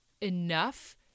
enough